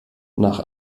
nach